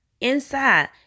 inside